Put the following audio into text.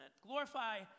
Glorify